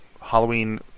Halloween